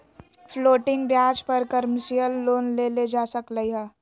floating ब्याज पर commercial loan लेल जा सकलई ह